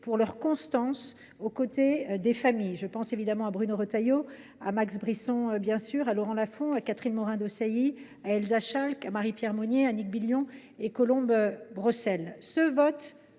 constante aux côtés des familles : je pense notamment à Bruno Retailleau, à Max Brisson, à Laurent Lafon, à Catherine Morin Desailly, à Elsa Schalck, à Marie Pierre Monier, à Annick Billon et à Colombe Brossel.